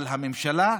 אבל הממשלה,